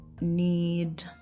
need